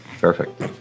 perfect